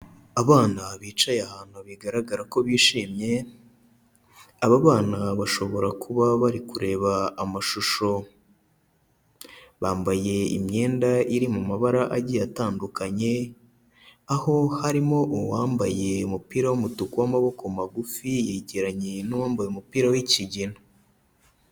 Abana bicaye ahantu bigaragara ko bishimye, aba bana bashobora kuba bari kureba amashusho. Bambaye imyenda iri mu mabara agiye atandukanye, aho harimo uwambaye umupira w'umutuku w'amaboko magufi yegeranye n'uwambaye umupira w'ikigina.